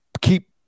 Keep